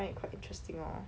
find it quite interesting lor